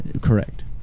Correct